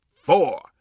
four